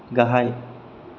गाहाय